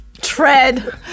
tread